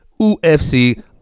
UFC